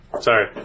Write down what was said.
Sorry